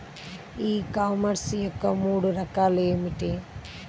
ఈ కామర్స్ యొక్క మూడు రకాలు ఏమిటి?